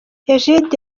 egide